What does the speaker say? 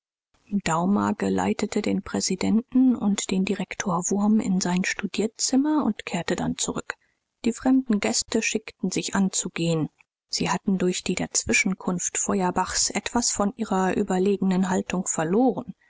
daumer geleitete den präsidenten und den direktor wurm in sein studierzimmer und kehrte dann zurück die fremden gäste schickten sich an zu gehen sie hatten durch die dazwischenkunft feuerbachs etwas von ihrer überlegenen haltung verloren